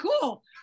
cool